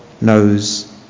knows